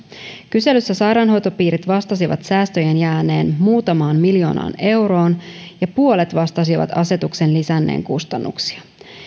kyselyssä sairaanhoitopiirit vastasivat säästöjen jääneen muutamaan miljoonaan euroon ja puolet vastasi asetuksen lisänneen kustannuksia